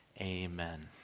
Amen